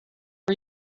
are